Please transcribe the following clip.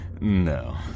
No